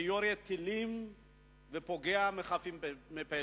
שיורה טילים ופוגע בחפים מפשע.